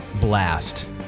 blast